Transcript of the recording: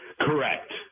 Correct